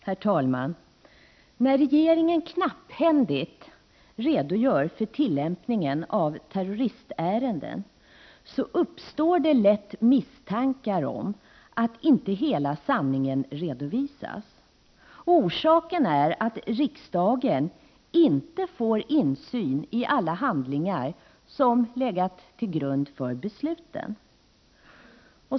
Herr talman! När regeringen knapphändigt redogör för handläggningen av terroristärenden uppstår det lätt misstankar om att inte hela sanningen redovisas. Orsaken är att riksdagen inte får insyn i alla handlingar som legat till grund för besluten.